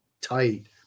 tight